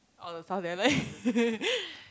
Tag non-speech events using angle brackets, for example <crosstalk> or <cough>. all the stuffs that I like <laughs>